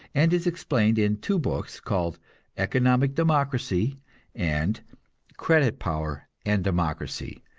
and is explained in two books, called economic democracy and credit power and democracy,